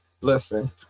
Listen